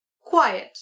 quiet